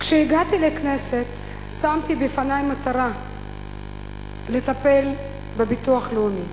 כשהגעתי לכנסת שמתי בפני מטרה לטפל בביטוח הלאומי,